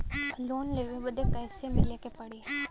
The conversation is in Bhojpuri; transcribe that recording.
लोन लेवे बदी कैसे मिले के पड़ी?